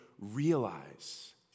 realize